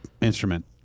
instrument